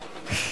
החומה.